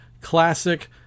classic